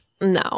No